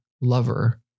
lover